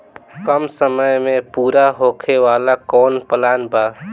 कम समय में पूरा होखे वाला कवन प्लान बा?